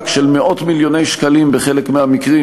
של מאות מיליוני שקלים בחלק מהמקרים,